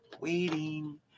Waiting